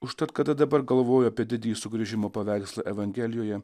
užtat kada dabar galvoju apie didįjį sugrįžimo paveikslą evangelijoje